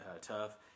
tough